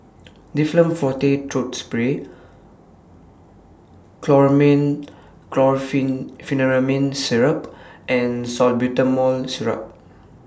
Difflam Forte Throat Spray Chlormine Syrup and Salbutamol Syrup